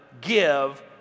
give